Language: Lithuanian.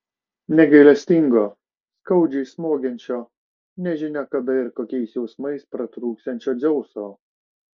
negailestingo skaudžiai smogiančio nežinia kada ir kokiais jausmais pratrūksiančio dzeuso